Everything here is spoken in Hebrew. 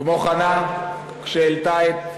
לא מאמין לכם.